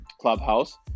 Clubhouse